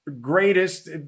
greatest